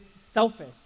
selfish